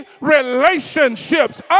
relationships